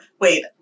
wait